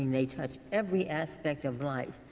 they touch every aspect of life.